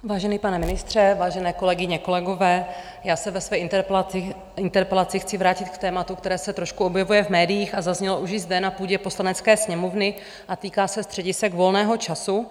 Vážený pane ministře, vážené kolegyně kolegové, já se ve své interpelaci chci vrátit k tématu, které se trošku objevuje v médiích a zaznělo už i zde na půdě Poslanecké sněmovny, a týká se středisek volného času.